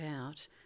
out